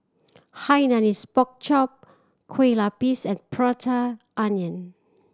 Hainanese Pork Chop Kueh Lapis and Prata Onion